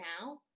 now